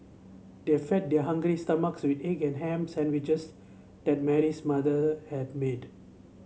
they fed their hungry stomachs with egg and ham sandwiches that Mary's mother had made